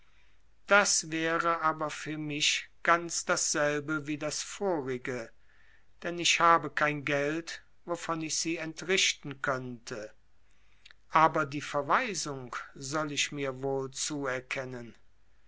das wäre aber für mich ganz dasselbe wie das vorige denn ich habe kein geld wovon ich sie entrichten könnte aber die verweisung soll ich mir wohl zuerkennen